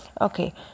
Okay